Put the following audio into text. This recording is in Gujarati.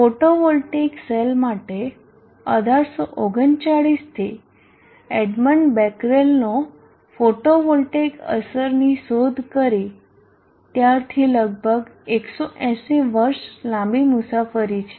ફોટોવોલ્ટેઇક સેલ માટે 1839 થી એડ્મોન્ડ બેકરેલને ફોટોવોલ્ટેઇક અસરની શોધ કરી ત્યારથી લગભગ 180 વર્ષ લાંબી મુસાફરી છે